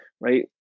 right